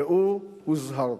ראו, הוזהרתם.